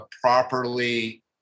properly